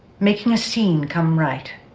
making a scene come right,